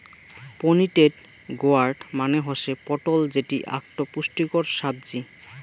pointed gourd মানে হসে পটল যেটি আকটো পুষ্টিকর সাব্জি